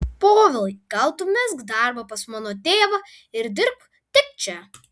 povilai gal tu mesk darbą pas mano tėvą ir dirbk tik čia